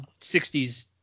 60s